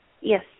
Yes